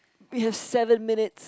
we have seven minutes